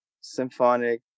symphonic